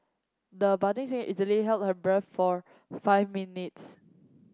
the budding singer is easily held her breath for five minutes